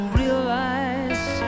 realize